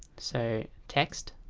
so text